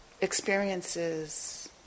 experiences